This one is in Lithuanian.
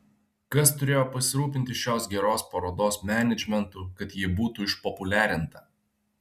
kas turėjo pasirūpinti šios geros parodos menedžmentu kad ji būtų išpopuliarinta